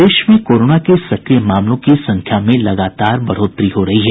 प्रदेश में कोरोना के सक्रिय मामलों की संख्या में लगातार बढ़ोतरी हो रही है